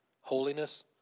holiness